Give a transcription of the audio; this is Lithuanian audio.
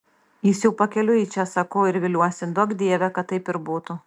jis jau pakeliui į čia sakau ir viliuosi duok dieve kad taip ir būtų